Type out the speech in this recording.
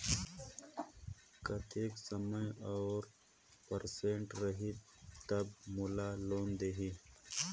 कतेक समय और परसेंट रही तब मोला लोन देही?